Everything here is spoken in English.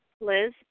Liz